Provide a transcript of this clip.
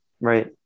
Right